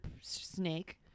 snake